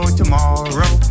tomorrow